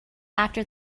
after